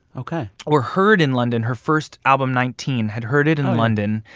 ok. or heard in london. her first album nineteen had heard it in london,